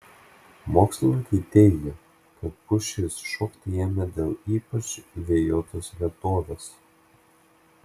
mokslininkai teigia kad pušys šokti ėmė dėl ypač vėjuotos vietovės